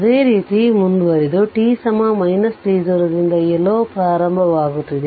ಅದೇ ರೀತಿ ಅದು ಮುಂದುವರಿದು t t0 ದಿಂದ ಎಲ್ಲೋ ಪ್ರಾರಂಭವಾಗುತ್ತಿದೆ